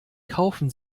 kaufen